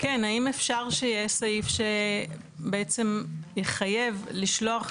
כן האם אפשר שיהיה סעיף שבעצם יחייב לשלוח